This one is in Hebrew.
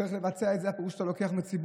צריך לבצע את זה, פירושו שאתה לוקח מהציבור.